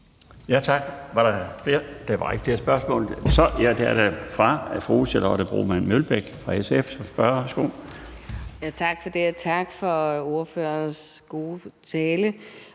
Tak for det, og tak for ordførerens gode tale.